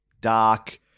dark